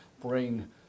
bring